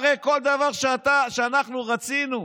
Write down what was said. הרי כל דבר שאנחנו רצינו,